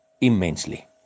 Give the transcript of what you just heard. immensely